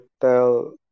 tell